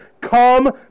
Come